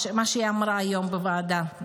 מה שהיא אמרה היום בוועדה: